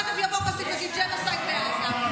תכף יבוא כסיף יגיד: ג'נוסייד בעזה.